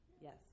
Yes